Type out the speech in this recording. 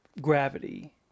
gravity